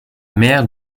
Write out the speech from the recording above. mère